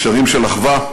גשרים של אחווה,